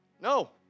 No